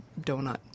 donut